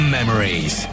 Memories